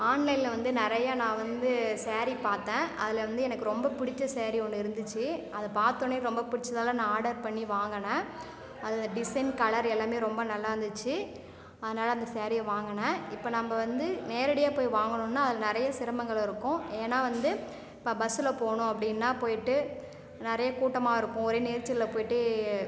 ஆன்லைனில் வந்து நிறையா நான் வந்து ஸேரீ பார்த்தேன் அதில் வந்து எனக்கு ரொம்ப பிடிச்ச ஸேரீ ஒன்று இருந்துச்சு அதை பார்த்தோன்னே எனக்கு ரொம்ப பிடிச்சதால நான் ஆர்டர் பண்ணி வாங்குனேன் அதில் டிசைன் கலர் எல்லாமே ரொம்ப நல்லாருந்துச்சு அதனால் அந்த ஸேரீயை வாங்குனேன் இப்போ நம்ம வந்து நேரடியாக போய் வாங்கணும்னா அதில் நிறைய சிரமங்கள் இருக்கும் ஏன்னா வந்து இப்போ பஸில் போகணும் அப்படின்னா போயிட்டு நிறையா கூட்டமாக இருக்குது ஒரே நெரிசல்ல போயிட்டு